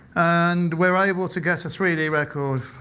and we're able to get a three d record.